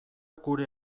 gure